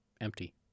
Empty